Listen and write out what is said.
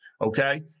Okay